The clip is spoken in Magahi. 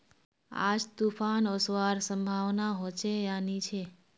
आज तूफ़ान ओसवार संभावना होचे या नी छे?